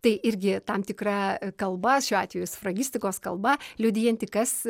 tai irgi tam tikra kalba šiuo atveju sfragistikos kalba liudijanti kas